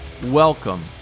Welcome